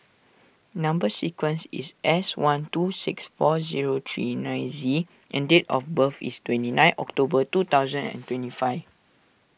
Number Sequence is S one two six four zero three nine Z and date of birth is twenty nine October two thousand and twenty five